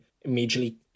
immediately